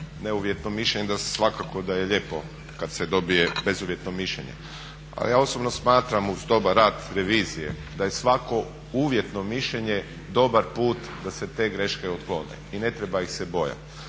neuvjetno mišljenje svakako da je lijepo kada se dobije bezuvjetno mišljenje. A ja osobno smatram uz dobar rad revizije da je svako uvjetno mišljenje dobar put da se te greške otklone i ne treba ih se bojati.